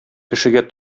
кешегә